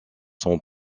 son